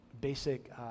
basic